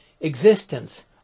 existence